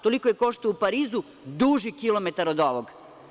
Toliko je koštao u Parizu, duži kilometar od ovog.